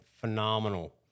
Phenomenal